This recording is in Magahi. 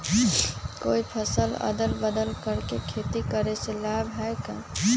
कोई फसल अदल बदल कर के खेती करे से लाभ है का?